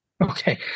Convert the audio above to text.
Okay